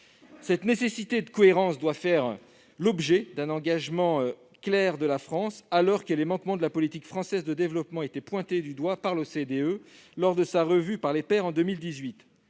Cette nécessité de cohérence doit faire l'objet d'un engagement clair de la France, alors que les manquements de la politique française de développement ont, en 2018, été pointés du doigt par l'OCDE lors de sa revue par les pairs.